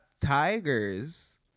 tigers